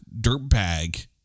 dirtbag